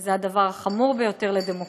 וזה הדבר החמור ביותר לדמוקרטיה.